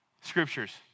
scriptures